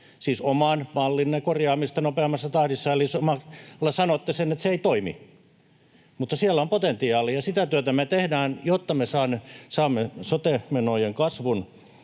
siis oman mallinne korjaamista nopeammassa tahdissa, eli samalla sanotte sen, että se ei toimi. Mutta siellä on potentiaalia ja sitä työtä me tehdään, jotta me saamme sote-menojen kasvua